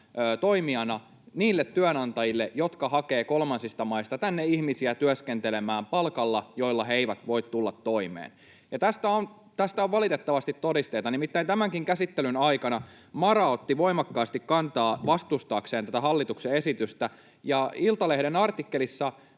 toimijana niille työnantajille, jotka hakevat kolmansista maista tänne ihmisiä työskentelemään palkalla, jolla he eivät voi tulla toimeen. Tästä on valitettavasti todisteita. Nimittäin tämänkin käsittelyn aikana MaRa otti voimakkaasti kantaa vastustaakseen tätä hallituksen esitystä, ja Iltalehden artikkelissa